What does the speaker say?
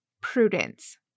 prudence